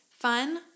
fun